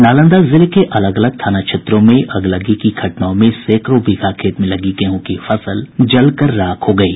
नालंदा जिले के अलग अलग थाना क्षेत्रों में अगलगी की घटनाओं में सैंकड़ों बीघा खेत में लगी गेहूँ की फसल जल कर राख हो गयी